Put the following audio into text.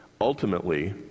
ultimately